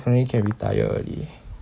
definitely can retire early